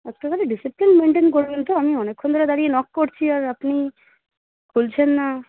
একটা তাহলে discipline maintain করবেন তো আমি অনেকক্ষণ ধরে দাঁড়িয়ে নক করছি আর আপনি খুলছেন না